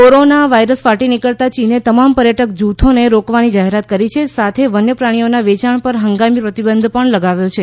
corona virus ફાટી નીકળતાં ચીને તમામ પર્યટક જૂથોને રોકવાની જાહેરાત કરી છે સાથે વન્ય પ્રાણીઓનાં વેયાણ પર હંગામી પ્રતિબંધ પણ લગાવ્યો છે